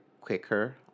quicker